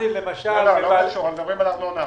מדברים על ארנונה עכשיו.